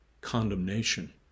condemnation